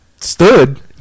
stood